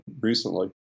recently